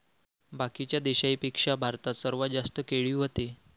बाकीच्या देशाइंपेक्षा भारतात सर्वात जास्त केळी व्हते